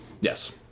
Yes